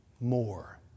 more